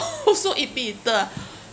also eat big eater ah